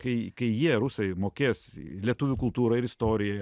kai kai jie rusai mokės lietuvių kultūrą ir istoriją